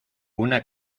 una